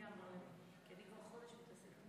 49 חברי כנסת, נגד, 32 חברי כנסת.